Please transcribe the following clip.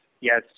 Yes